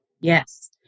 Yes